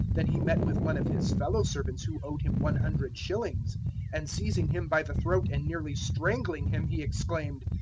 than he met with one of his fellow servants who owed him one hundred shillings and seizing him by the throat and nearly strangling him he exclaimed,